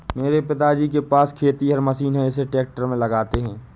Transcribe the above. मेरे पिताजी के पास खेतिहर मशीन है इसे ट्रैक्टर में लगाते है